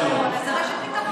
אין מי שילווה אותם,